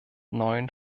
neuen